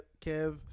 Kev